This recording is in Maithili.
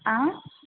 आँ